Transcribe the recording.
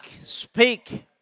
speak